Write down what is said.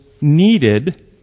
needed